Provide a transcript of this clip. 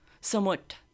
somewhat